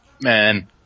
man